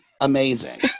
amazing